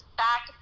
back